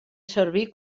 servir